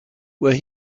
where